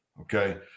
okay